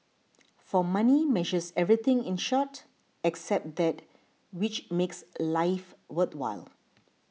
for money measures everything in short except that which makes life worthwhile